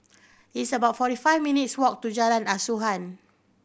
it's about forty five minutes' walk to Jalan Asuhan